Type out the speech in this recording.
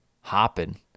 hopping